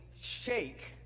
shake